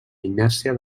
inèrcia